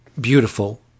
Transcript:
beautiful